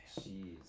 Jeez